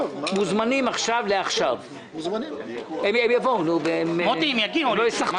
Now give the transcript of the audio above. הם מוזמנים עכשיו והם יבואו עוד מעט.